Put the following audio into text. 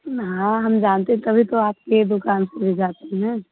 हाँ हम जानते हैं तभी तो आपके ही दुकान से ले जाते हैं